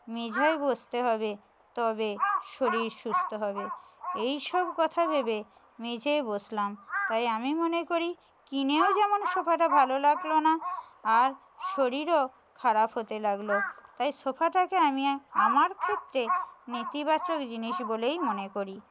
মেঝায় বসতে হবে তবে শরীর সুস্থ হবে এই সব কথা ভেবে মেঝেয় বসলাম তাই আমি মনে করি কিনেও যেমন সোফাটা ভালো লাগলো না আর শরীরও খারাপ হতে লাগলো তাই সোফাটাকে আমি আমার ক্ষেত্রে নেতিবাচক জিনিস বলেই মনে করি